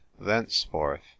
Thenceforth